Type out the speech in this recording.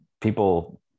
people